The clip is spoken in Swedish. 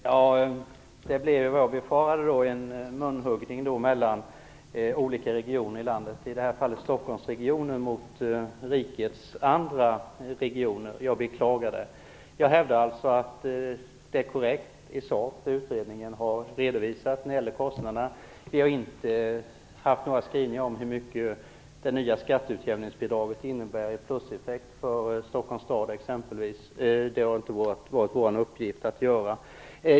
Herr talman! Det blev, som jag befarade, en munhuggning mellan olika regioner i landet - i det här fallet Stockholmsregionen mot rikets andra regioner - vilket jag beklagar. Jag hävdar att det utredningen har redovisat när det gäller kostnaderna är korrekt i sak. Vi har inte gjort några skrivningar om hur mycket det nya skatteutjämningsbidraget innebär i pluseffekt för Stockholms stad exempelvis, och det har inte heller varit vår uppgift att göra.